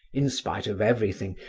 in spite of everything,